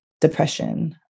depression